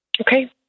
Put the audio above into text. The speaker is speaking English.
Okay